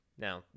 now